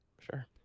Sure